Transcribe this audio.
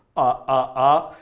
ah, ah.